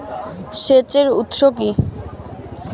সেচের উৎস কি?